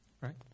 right